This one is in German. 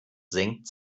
senkt